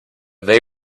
they